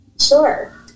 Sure